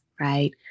right